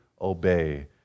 obey